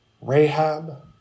Rahab